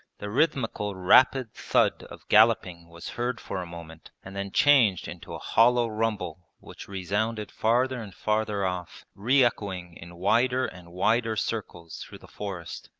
the rhythmical rapid thud of galloping was heard for a moment and then changed into a hollow rumble which resounded farther and farther off, re-echoing in wider and wider circles through the forest.